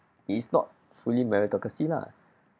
it is not fully meritocracy lah